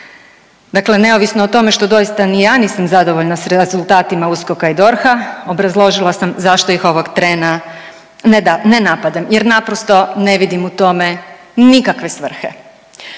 Dakle neovisno o tome što doista ni ja nisam zadovoljna s rezultatima USKOK-a i DORH-a obrazložila sam zašto ih ovog trena ne napadam jer naprosto ne vidim u tome nikakve svrhe.